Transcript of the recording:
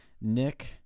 nick